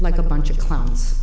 like a bunch of clowns